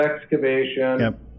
excavation